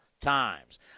times